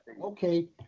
Okay